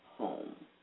home